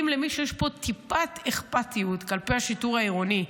אם למישהו פה יש טיפת אכפתיות כלפי השיטור העירוני,